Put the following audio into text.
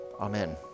Amen